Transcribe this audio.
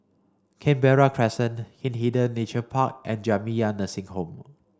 Canberra Crescent Hindhede Nature Park and Jamiyah Nursing Home